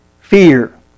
fear